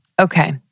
Okay